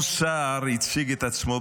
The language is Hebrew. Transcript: תודה.